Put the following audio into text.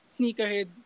sneakerhead